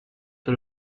sur